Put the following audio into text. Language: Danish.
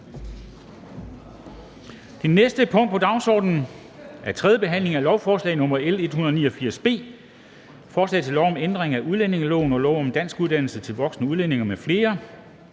Det næste punkt på dagsordenen er: 13) 3. behandling af lovforslag nr. L 189 B: Forslag til lov om ændring af udlændingeloven og lov om danskuddannelse til voksne udlændinge m.fl.